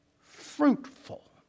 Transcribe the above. fruitful